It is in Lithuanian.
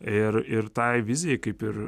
ir ir tai vizija kaip ir